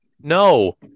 No